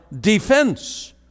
defense